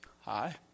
Hi